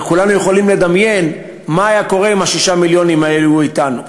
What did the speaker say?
כולנו יכולים לדמיין מה היה קורה אם ששת המיליונים האלה היו אתנו.